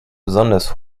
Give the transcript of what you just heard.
besonders